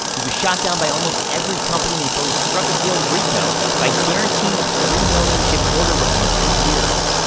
he was shot down by almost every company until he struck a deal with ricoh by guaranteeing a three million chip order within two years.